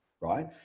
right